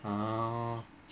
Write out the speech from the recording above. ah